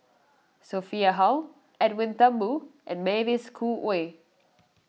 Sophia Hull Edwin Thumboo and Mavis Khoo Oei